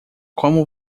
como